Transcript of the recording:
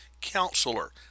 Counselor